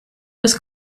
was